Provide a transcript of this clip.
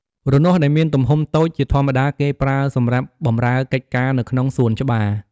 រនាស់ដែលមានទំហំតូច ជាធម្មតាគេប្រើសម្រាប់បម្រើកិច្ចការនៅក្នុងសួនច្បារ។